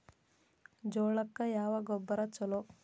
ಜೋಳಕ್ಕ ಯಾವ ಗೊಬ್ಬರ ಛಲೋ?